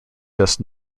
just